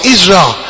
Israel